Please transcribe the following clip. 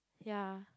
ya